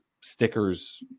stickers